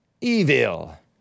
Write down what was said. evil